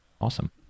Awesome